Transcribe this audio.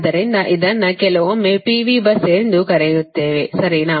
ಆದ್ದರಿಂದ ಇದನ್ನು ಕೆಲವೊಮ್ಮೆ P V ಬಸ್ ಎಂದು ಕರೆಯುತ್ತೇವೆ ಸರಿನಾ